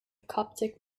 coptic